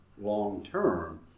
long-term